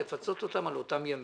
לפצות אותם על אותם ימים,